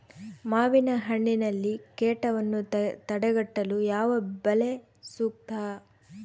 ಮಾವಿನಹಣ್ಣಿನಲ್ಲಿ ಕೇಟವನ್ನು ತಡೆಗಟ್ಟಲು ಯಾವ ಬಲೆ ಸೂಕ್ತ?